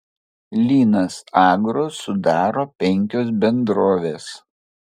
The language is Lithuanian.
linas agro sudaro penkios bendrovės